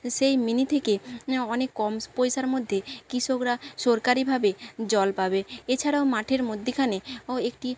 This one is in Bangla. সেই মিনি থেকে অনেক কম পয়সার মধ্যে কৃষকরা সরকারিভাবে জল পাবে এছাড়াও মাঠের মধ্যিখানে ও একটি